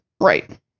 right